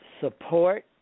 Support